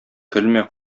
көлмә